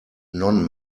non